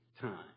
time